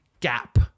gap